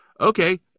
Okay